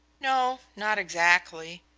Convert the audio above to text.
no not exactly.